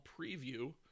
preview